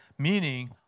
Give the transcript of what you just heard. Meaning